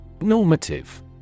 Normative